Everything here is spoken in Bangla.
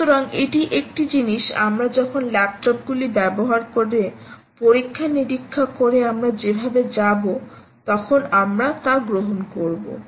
সুতরাং এটি একটি জিনিস আমরা যখন ল্যাপটপগুলি ব্যবহার করে পরীক্ষা নিরীক্ষা করে আমরা যেভাবে যাব তখন আমরা তা গ্রহণ করব